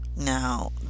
Now